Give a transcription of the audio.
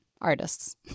artists